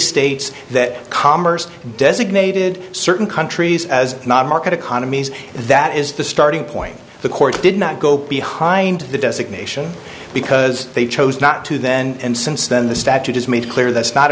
states that commerce designated certain countries as not market economies that is the starting point the court did not go behind the designation because they chose not to then and since then the statute is made clear that's not